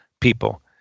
people